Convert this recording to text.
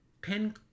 pin